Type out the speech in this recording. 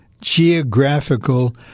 geographical